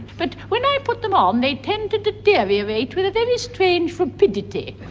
but when i put them on they tend to deteriorate with a very strange rapidity.